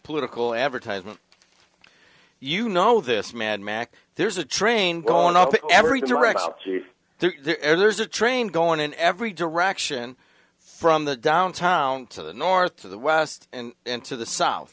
political advertisement you know this mad max there's a train going up every direction there's a train going in every direction from the downtown to the north to the west and into the south